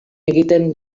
egiten